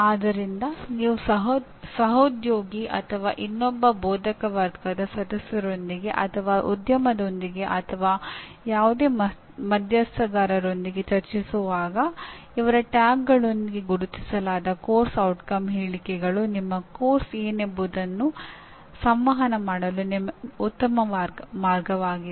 ಆದ್ದರಿಂದ ನೀವು ಸಹೋದ್ಯೋಗಿ ಅಥವಾ ಇನ್ನೊಬ್ಬ ಬೋಧಕವರ್ಗದ ಸದಸ್ಯರೊಂದಿಗೆ ಅಥವಾ ಉದ್ಯಮದೊಂದಿಗೆ ಅಥವಾ ಯಾವುದೇ ಮಧ್ಯಸ್ಥಗಾರರೊಂದಿಗೆ ಚರ್ಚಿಸುತ್ತಿರುವಾಗ ಅವರ ಟ್ಯಾಗ್ಗಳೊಂದಿಗೆ ಗುರುತಿಸಲಾದ ಪಠ್ಯಕ್ರಮದ ಪರಿಣಾಮ ಹೇಳಿಕೆಗಳು ನಿಮ್ಮ ಪಠ್ಯಕ್ರಮ ಏನೆಂಬುದನ್ನು ಸಂವಹನ ಮಾಡಲು ಉತ್ತಮ ಮಾರ್ಗವಾಗಿದೆ